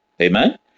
Amen